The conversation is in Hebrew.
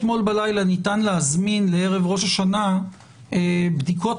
ניתן להזמין לערב ראש השנה בדיקות